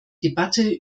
debatte